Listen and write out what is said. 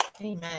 amen